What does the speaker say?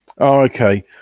okay